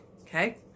okay